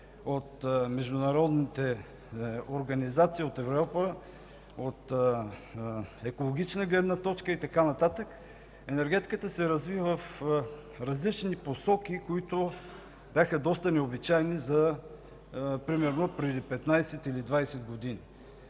от международните организации от Европа, от екологична гледна точка и така нататък, енергетиката се разви в различни посоки, които бяха доста необичайни примерно преди 15 или 20 години.